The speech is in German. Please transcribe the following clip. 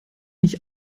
nicht